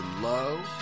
low